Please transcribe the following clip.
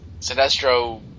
Sinestro